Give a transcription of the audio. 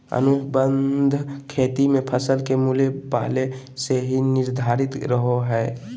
अनुबंध खेती मे फसल के मूल्य पहले से ही निर्धारित रहो हय